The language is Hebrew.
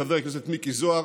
חבר הכנסת מיקי זוהר,